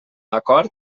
acord